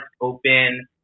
open